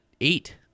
eight